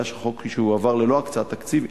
היה שהחוק יועבר ללא הקצאת תקציב.